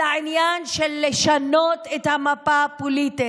אלא העניין זה לשנות את המפה הפוליטית,